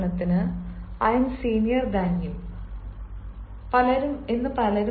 ഉദാഹരണത്തിന് I am senior to you I am senior than you